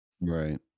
right